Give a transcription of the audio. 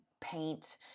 paint